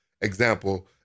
example